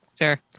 Sure